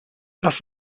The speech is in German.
lass